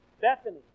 Bethany